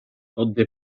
donde